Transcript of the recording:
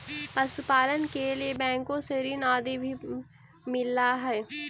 पशुपालन के लिए बैंकों से ऋण आदि भी मिलअ हई